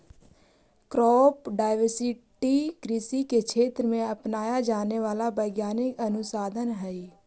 crop diversity कृषि के क्षेत्र में अपनाया जाने वाला वैज्ञानिक अनुसंधान हई